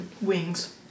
Wings